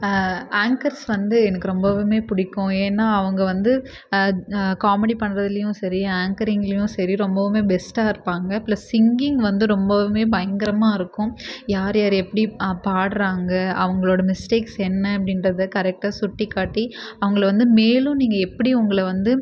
anchors வந்து எனக்கு ரொம்பவுமே பிடிக்கும் ஏன்னால் அவங்க வந்து காமெடி பண்றதுலேயும் சரி ஆங்க்கரிங்லேயும் சரி ரொம்பவுமே பெஸ்ட்டாக இருப்பாங்க ப்ளஸ் சிங்கிங் வந்து ரொம்பவுமே பயங்கரமாக இருக்கும் யார்யாரை எப்படி பாடுகிறாங்க அவர்களோட மிஸ்டேக்ஸ் என்ன அப்படின்றத கரெக்ட்டாக சுட்டிக்காட்டி அவங்கள வந்து மேலும் நீங்கள் எப்படி உங்களை வந்து